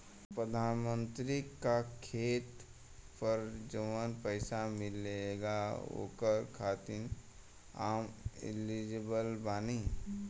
प्रधानमंत्री का खेत पर जवन पैसा मिलेगा ओकरा खातिन आम एलिजिबल बानी?